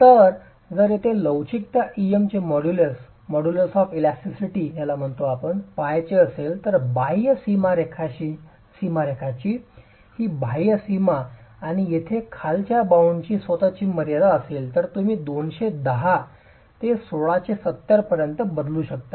तर जर येथे लवचिकता Em चे मॉड्यूलस पहायचे असेल तर बाह्य सीमारेषाची ही बाह्य सीमा आणि येथे खालच्या बाउंडची स्वत ची मर्यादा असेल तर तुम्ही 210 ते 1670 पर्यंत बदलू शकता